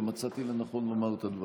ומצאתי לנכון לומר את הדברים.